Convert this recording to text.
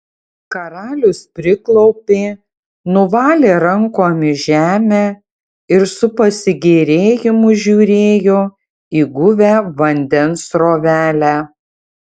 karalius priklaupė nuvalė rankomis žemę ir su pasigėrėjimu žiūrėjo į guvią vandens srovelę